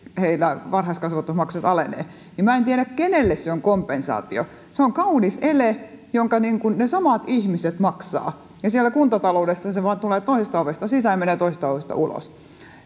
niillä varhaiskasvatusmaksut alenevat niin minä en tiedä kenelle se on kompensaatio se on kaunis ele jonka ne samat ihmiset maksavat ja siellä kuntataloudessa se vain tulee yhdestä ovesta sisään ja menee toisesta ovesta ulos